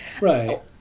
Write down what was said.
Right